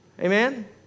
Amen